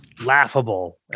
laughable